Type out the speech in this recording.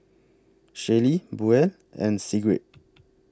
Shelley Buel and Sigrid